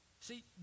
See